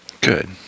Good